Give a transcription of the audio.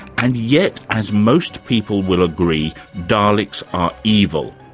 and yet as most people will agree, daleks are evil.